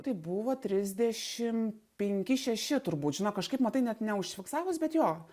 tai buvo trisdešim penki šeši turbūt žinok kažkaip matai net neužfiksavus bet jo